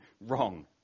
wrong